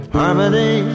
harmony